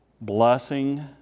blessing